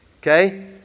Okay